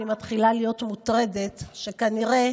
אני מתחילה להיות מוטרדת שכנראה